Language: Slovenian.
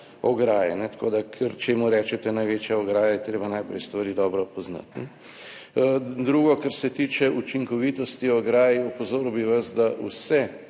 ograje, tako da čemur rečete največja ograja, je treba najprej stvari dobro poznati. Drugo, kar se tiče učinkovitosti ograj, opozoril bi vas, da vse